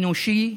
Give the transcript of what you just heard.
אנושי,